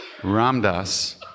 Ramdas